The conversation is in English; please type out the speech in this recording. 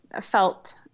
felt